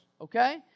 okay